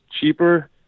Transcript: cheaper